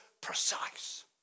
precise